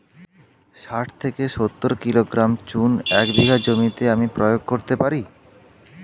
শাঠ থেকে সত্তর কিলোগ্রাম চুন এক বিঘা জমিতে আমি প্রয়োগ করতে পারি?